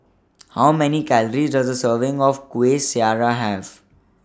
How Many Calories Does A Serving of Kuih Syara Have